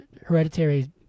Hereditary